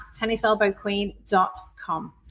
tenniselbowqueen.com